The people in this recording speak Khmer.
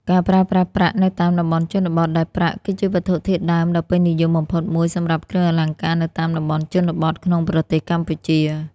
ការប្រើប្រាស់ប្រាក់នៅតាមតំបន់ជនបទ ដែលប្រាក់ គឺជាវត្ថុធាតុដើមដ៏ពេញនិយមបំផុតមួយសម្រាប់គ្រឿងអលង្ការនៅតាមតំបន់ជនបទក្នុងប្រទេសកម្ពុជា។